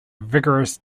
vigorous